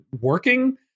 working